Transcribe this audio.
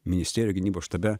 ministerijoj gynybos štabe